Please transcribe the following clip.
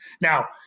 Now